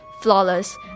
Flawless